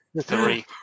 Three